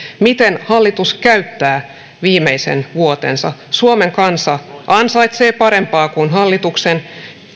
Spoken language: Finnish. miten hallitus käyttää viimeisen vuotensa suomen kansa ansaitsee parempaa kuin hallituksen